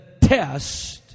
test